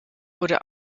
wurde